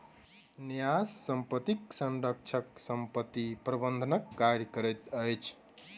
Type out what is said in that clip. न्यास संपत्तिक संरक्षक संपत्ति प्रबंधनक कार्य करैत अछि